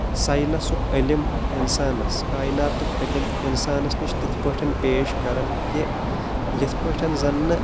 ساینسُک عِلم انسانس کایناتُک علِم انسانس نِش تتھ پٲٹھۍ پیش کران کہِ یتھ پٲٹھۍ زن نہٕ